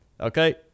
Okay